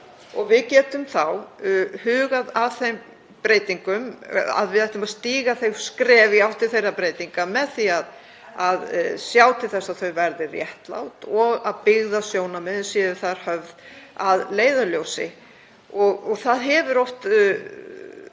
við getum þá hugað að þeim breytingum. Við ættum að stíga skref í átt til þeirra breytinga með því að sjá til þess að þau skref verði réttlát og að byggðasjónarmiðin séu höfð að leiðarljósi. Það hefur oft